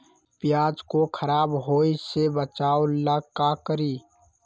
प्याज को खराब होय से बचाव ला का करी?